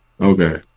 Okay